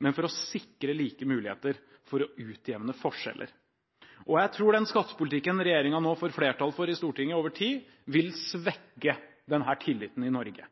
men for å sikre like muligheter for å utjevne forskjeller. Jeg tror den skattepolitikken regjeringen nå får flertall for i Stortinget, over tid vil svekke denne tilliten i Norge,